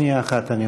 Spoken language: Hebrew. שנייה אחת.